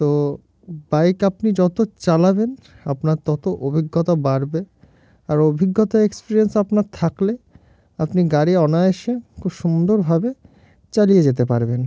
তো বাইক আপনি যত চালাবেন আপনার তত অভিজ্ঞতা বাড়বে আর অভিজ্ঞতা এক্সপিরিয়েন্স আপনার থাকলে আপনি গাড়ি অনায়াসে খুব সুন্দরভাবে চালিয়ে যেতে পারবেন